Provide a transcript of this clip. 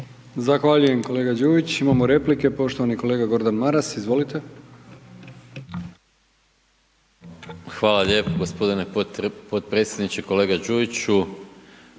Hvala lijepa gospodine potpredsjedniče, kolega Bačić